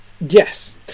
Yes